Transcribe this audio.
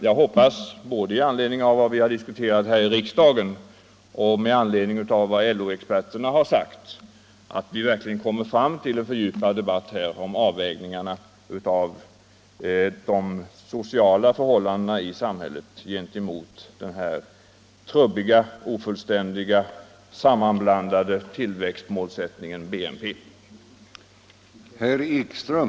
Jag hoppas både med hänsyn till vad vi har diskuterat här i riksdagen och med hänsyn till vad LO-experterna har sagt, att vi verkligen kommer fram till en mera fördjupad debatt om avvägningarna av de sociala förhållandena i samhället än vad den trubbiga, ofullständiga och sammanblandade tillväxtmålsättningen BNP representerar.